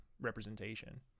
representation